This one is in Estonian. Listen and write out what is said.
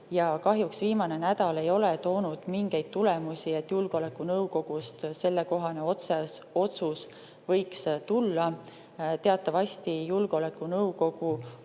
ei ole viimane nädal toonud mingeid tulemusi, et julgeolekunõukogust sellekohane otsus võiks tulla. Teatavasti on julgeolekunõukogu